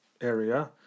area